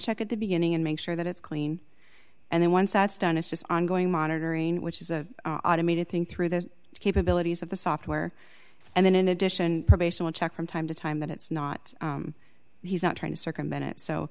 check at the beginning and make sure that it's clean and then once that's done it's just ongoing monitoring which is a automated thing through the capabilities of the software and then in addition check from time to time that it's not he's not trying to circumvent it so